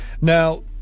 Now